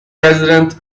president